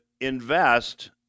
invest